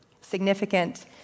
Significant